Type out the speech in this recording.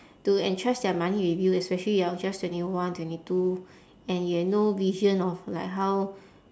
to entrust their money with you especially you are just twenty one twenty two and you have no vision of like how